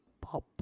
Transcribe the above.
pop